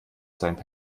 seinen